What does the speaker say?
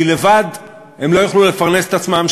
כי לבד הם לא יוכלו לפרנס את עצמם,